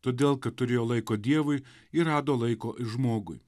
todėl kad turėjo laiko dievui ir rado laiko ir žmogui